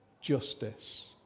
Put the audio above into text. justice